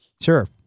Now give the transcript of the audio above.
Sure